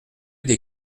des